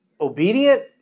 obedient